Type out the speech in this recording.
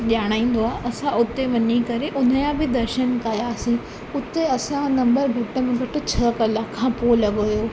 ॼाणाईंदो आहे असां हुते वञी करे उन जा बि दर्शन कयासीं हुते असां नंबर घटि में घटि छह कलाक खां पोइ लॻो हुओ